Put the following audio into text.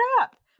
up